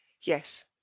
Yes